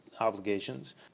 obligations